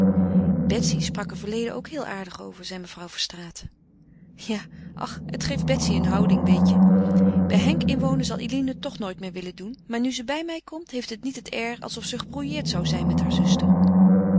betsy sprak er verleden ook heel aardig over zeide mevrouw verstraeten ja ach het geeft betsy een houding weet je bij henk inwonen zal eline toch nooit meer willen doen maar nu ze bij mij komt heeft het niet het air alsof ze gebrouilleerd zou zijn met haar zuster